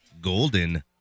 Golden